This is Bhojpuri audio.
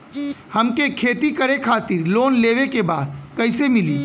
हमके खेती करे खातिर लोन लेवे के बा कइसे मिली?